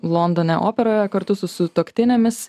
londone operoje kartu su sutuoktinėmis